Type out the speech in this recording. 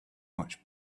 much